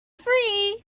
free